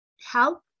help